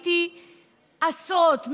וראיתי עשרות,